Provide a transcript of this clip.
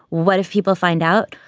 what if people find out?